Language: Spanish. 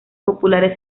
populares